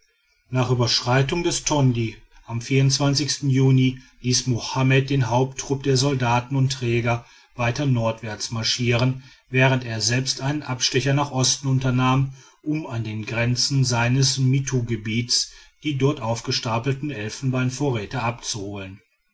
nach überschreitung des tondj am juni ließ mohammed den haupttrupp der soldaten und träger weiter nordwärts marschieren während er selbst einen abstecher nach osten unternahm um an den grenzen seines mittugebiets die dort aufgestapelten elfenbeinvorräte abzuholen